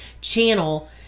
channel